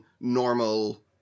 normal